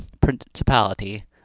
principality